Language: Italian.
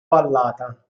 vallata